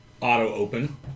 auto-open